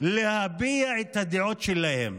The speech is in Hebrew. להביע את הדעות שלהם.